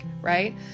right